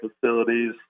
facilities